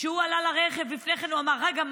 כשהוא עלה לרכב הוא אמר לפני כן: רגע,